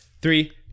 Three